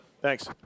Thanks